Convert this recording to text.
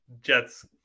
Jets